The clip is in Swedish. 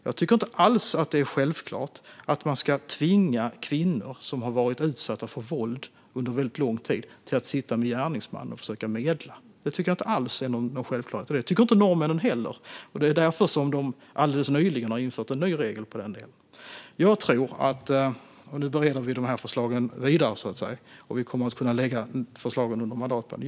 Jag tycker inte alls att det är självklart att man ska tvinga kvinnor som har varit utsatta för våld under lång tid att sitta med gärningsmannen och försöka medla. Det tycker jag inte alls är någon självklarhet, och det tycker inte norrmännen heller. Därför har de alldeles nyligen infört en ny regel när det gäller detta. Nu bereder vi de här förslagen vidare.